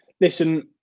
listen